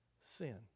sin